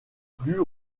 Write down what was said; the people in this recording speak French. plus